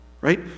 Right